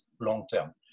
long-term